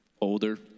Older